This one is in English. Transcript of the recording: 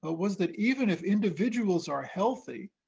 ah was that even if individuals are healthy,